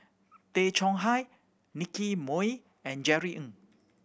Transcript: Tay Chong Hai Nicky Moey and Jerry Ng